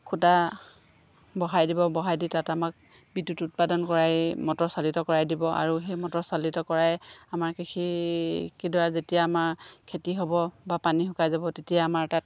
খুটা বহাই দিব বহাই দি তাত আমাক বিদ্যুৎ উৎপাদন কৰাই মটৰ চালিত কৰাই দিব আৰু সেই মটৰ চালিত কৰাই আমাৰ কৃষিকেইডৰা যেতিয়া আমাৰ খেতি হ'ব বা পানী শুকাই যাব তেতিয়া আমাৰ তাত